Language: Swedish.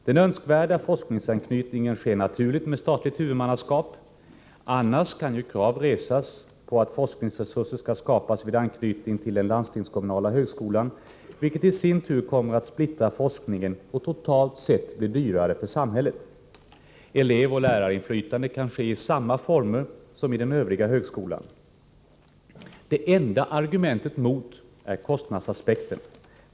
Den önskvärda forskningsanknytningen sker naturligt med statligt huvudmannaskap — annars kan krav resas på att forskningsresurser skall skapas vid anknytning till den landstingskommunala högskolan, vilket i sin tur kommer att splittra forskningen och totalt sett bli dyrare för samhället. Elevoch lärarinflytandet kan ske i samma former som i den övriga högskolan. Det enda argumentet mot är kostnadsaspekten.